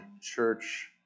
church